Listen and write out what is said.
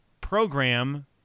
program